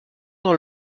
dans